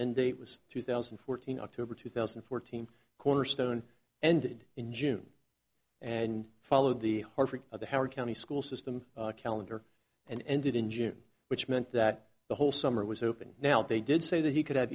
and date was two thousand and fourteen october two thousand and fourteen cornerstone ended in june and followed the harvard of the howard county school system calendar and ended in june which meant that the whole summer was open now they did say that he could have